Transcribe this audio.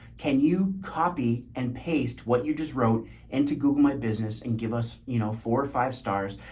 can you copy and paste what you just wrote into google my business and give us, you know, four or five stars.